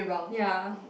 ya